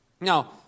Now